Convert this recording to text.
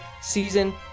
season